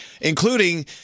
including